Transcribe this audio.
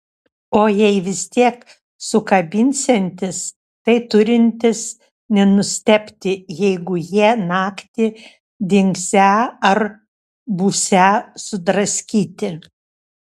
o jei vis tiek sukabinsiantis tai turintis nenustebti jeigu jie naktį dingsią ar būsią sudraskyti